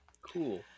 Cool